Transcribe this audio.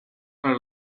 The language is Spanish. para